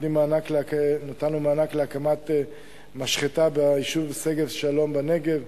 נתנו מענק להקמת משחטה ביישוב שגב-שלום בנגב,